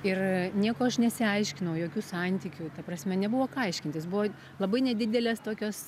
ir nieko aš nesiaiškinau jokių santykių ta prasme nebuvo ką aiškintis buvo labai nedidelės tokios